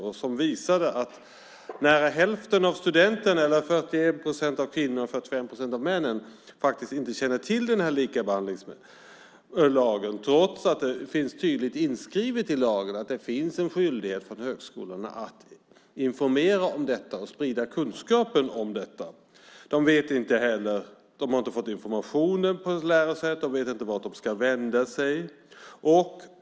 Den visade att nära hälften av studenterna, 41 procent av kvinnorna och 45 procent av männen, inte känner till likabehandlingslagen, trots att det finns tydligt inskrivet i lagen att högskolorna är skyldiga att informera och sprida kunskapen om detta. De har inte fått informationen på lärosätet och vet inte vart de ska vända sig.